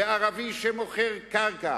וערבי שמוכר קרקע